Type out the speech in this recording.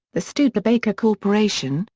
the studebaker corporation,